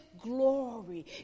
glory